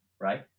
right